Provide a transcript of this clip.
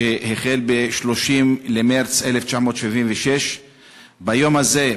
שחל ב-30 במרס 1976. ביום הזה,